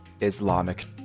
Islamic